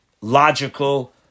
logical